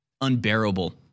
unbearable